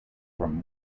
from